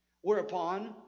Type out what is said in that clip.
Whereupon